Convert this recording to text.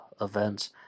events